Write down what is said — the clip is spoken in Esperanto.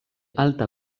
alta